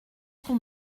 qu’on